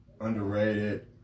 underrated